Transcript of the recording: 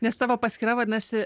nes tavo paskyra vadinasi